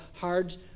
hard